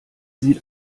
sieht